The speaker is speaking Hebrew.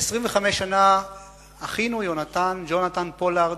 25 שנה אחינו יהונתן, ג'ונתן פולארד,